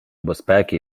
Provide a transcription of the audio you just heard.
безпеки